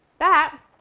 that